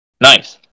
nice